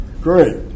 great